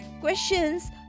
questions